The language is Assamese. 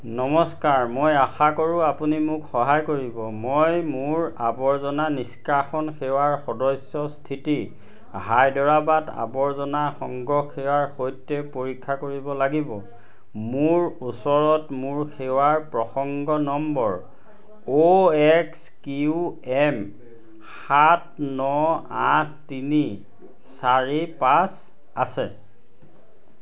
নমস্কাৰ মই আশা কৰোঁ আপুনি মোক সহায় কৰিব মই মোৰ আৱৰ্জনা নিষ্কাশন সেৱাৰ সদস্য স্থিতি হায়দৰাবাদ আৱৰ্জনা সংগ্ৰহ সেৱাৰ সৈতে পৰীক্ষা কৰিব লাগিব মোৰ ওচৰত মোৰ সেৱাৰ প্ৰসংগ number O X Q M সাত ন আঠ তিনি চাৰি পাঁচ আছে